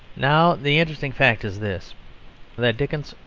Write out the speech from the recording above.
now the interesting fact is this that dickens,